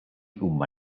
huma